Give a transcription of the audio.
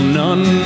none